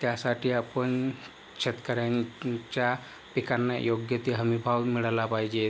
त्यासाठी आपण शेतकऱ्यांच्या पिकांना योग्य ते हमीभाव मिळाला पाहिजे